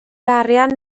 arian